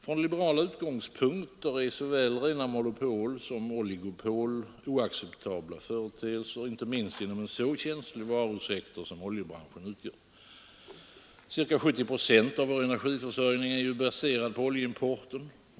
Från liberala utgångspunkter är såväl rena monopol som oligopol oacceptabla företeelser, inte minst inom en så känslig varusektor som oljebranschen utgör. Ca 70 procent av vår energiförsörjning är ju baserad på oljeimporten.